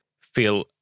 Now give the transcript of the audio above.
feel